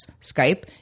Skype